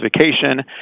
vacation